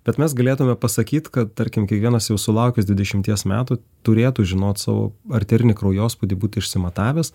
bet mes galėtume pasakyt kad tarkim kiekvienas jau sulaukęs dvidešimties metų turėtų žinot savo arterinį kraujospūdį būt išsimatavęs